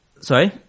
Sorry